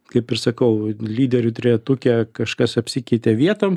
kaip ir sakau lyderių trejetuke kažkas apsikeitė vietom